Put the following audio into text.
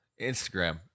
Instagram